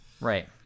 Right